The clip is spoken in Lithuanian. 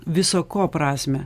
viso ko prasmę